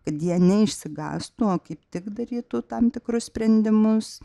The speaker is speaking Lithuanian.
kad jie neišsigąstų o kaip tik darytų tam tikrus sprendimus